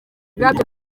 ubwabyo